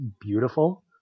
beautiful